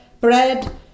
bread